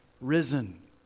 risen